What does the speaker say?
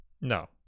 no